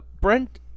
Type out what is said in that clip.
Brent